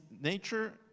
nature